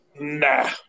Nah